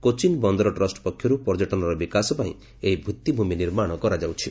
କୋଚିନ୍ ବନ୍ଦର ଟ୍ରଷ୍ଟ୍ ପକ୍ଷରୁ ପର୍ଯ୍ୟଟନର ବିକାଶ ପାଇଁ ଏହି ଭିଭିଭୂମି ନିର୍ମାଣ କରାଯାଉଛି